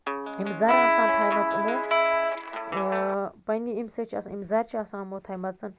یِم زَرٕ آسان تھایمَژٕ یِمو پنٛنہِ اَمہِ سۭتۍ چھِ آسان یِم زَرِ چھِ آسان یِمو تھایِمَژٕ